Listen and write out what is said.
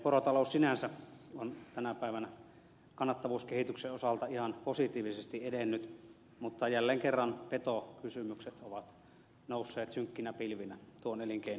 porotalous sinänsä on tänä päivänä kannattavuuskehityksen osalta ihan positiivisesti edennyt mutta jälleen kerran petokysymykset ovat nousseet synkkinä pilvinä tuon elinkeinon ylle